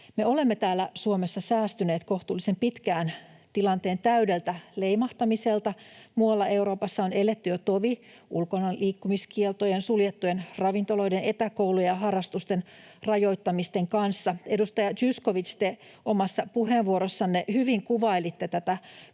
Me olemme täällä Suomessa säästyneet kohtuullisen pitkään tilanteen täydeltä leimahtamiselta. Muualla Euroopassa on eletty jo tovi ulkonaliikkumiskieltojen, suljettujen ravintoloiden, etäkoulujen ja harrastusten rajoittamisten kanssa. Edustaja Zyskowicz, te omassa puheenvuorossanne hyvin kuvailitte tätä kansainvälistä